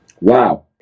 wow